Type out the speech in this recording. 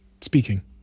speaking